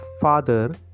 father